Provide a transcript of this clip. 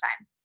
time